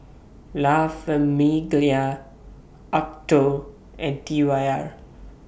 La Famiglia Acuto and T Y R